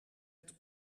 het